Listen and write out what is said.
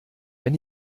wenn